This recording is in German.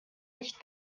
nicht